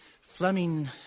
Fleming